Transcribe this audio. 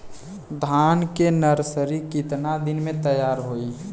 धान के नर्सरी कितना दिन में तैयार होई?